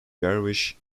gershwin